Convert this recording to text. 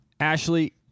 Ashley